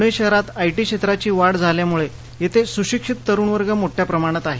पुणे शहरात आयटी क्षेत्राची वाढ झाल्यामुळ येथे सुशिक्षित तरुणवर्ग मोठ्याप्रमाणात आहे